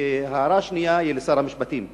הערה שנייה היא לשר המשפטים.